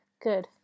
Good